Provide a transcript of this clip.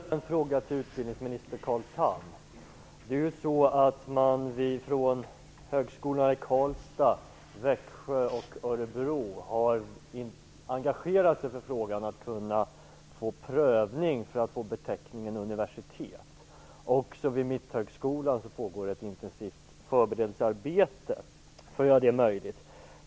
Fru talman! Jag vill ställa en fråga till utbildningsminister Carl Tham. Man har från högskolorna i Karlstad, Växjö och Örebro engagerat sig för frågan att få prövning för att få beteckningen universitet. Också vid Mitthögskolan pågår ett intensivt förberedelsearbete för att göra detta möjligt.